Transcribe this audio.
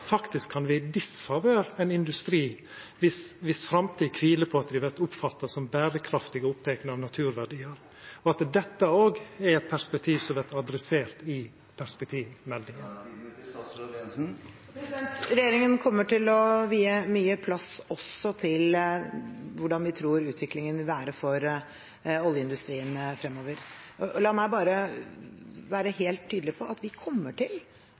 faktisk kan vera i disfavør av ein industri der framtida kviler på at ein vert oppfatta som berekraftig og oppteken av naturverdiar, og at dette òg er eit perspektiv som må verta adressert i perspektivmeldinga? Regjeringen kommer til å vie mye plass også til hvordan vi tror utviklingen vil være for oljeindustrien fremover. La meg være helt tydelig på at vi kommer til